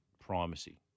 primacy